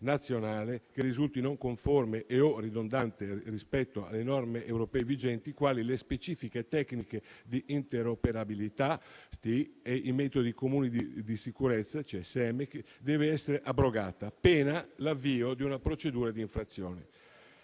nazionale che risulti non conforme e/o ridondante rispetto alle norme europee vigenti, quali le specifiche tecniche di interoperabilità e i metodi comuni di sicurezza (CSM), deve essere abrogata, pena l'avvio di una procedura di infrazione.